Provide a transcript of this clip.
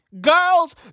Girls